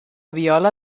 viola